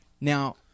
Now